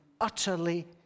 utterly